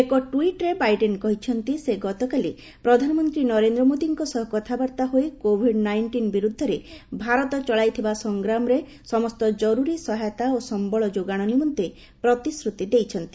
ଏକ ଟୁଇଟ୍ରେ ବାଇଡେନ କହିଛନ୍ତି ସେ ଗତକାଲି ପ୍ରଧାନମନ୍ତ୍ରୀ ନରେନ୍ଦ୍ର ମୋଦୀଙ୍କ ସହ କଥାବାର୍ତ୍ତା ହୋଇ କୋଭିଡ ନାଇଷ୍ଟିନ ବିରୁଦ୍ଧରେ ଭାରତ ଚଳାଇଥିବା ସଂଗ୍ରାମରେ ସମସ୍ତ ଜରୁରୀ ସହାୟତା ଓ ସମ୍ଭଳ ଯୋଗାଣ ନିମନ୍ତେ ପ୍ରତିଶ୍ରୁତି ଦେଇଛନ୍ତି